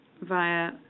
via